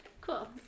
Cool